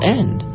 end